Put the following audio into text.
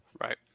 Right